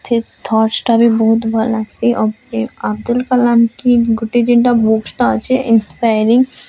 ସେ ଥଟସ୍ଟା ବି ବହୁତ୍ ଭଲ୍ ଲାଗ୍ସି ଅବ୍ଦୁଲ୍ କାଲାମ୍ କି ଗୁଟେ ଜେଣ୍ଟା ବୁକସ୍ଟା ଅଛେ ଇନସ୍ପାୟାରିଂ